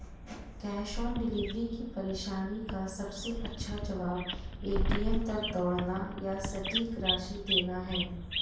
cash on delivery की परेशानी का सबसे अच्छा जवाब, ए.टी.एम तक दौड़ना या सटीक राशि देना है